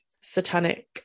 satanic